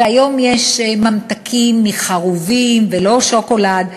והיום יש ממתקים מחרובים, ולא שוקולד.